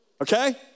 okay